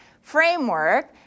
framework